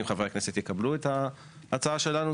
אם חברי הכנסת יקבלו את ההצעה שלנו.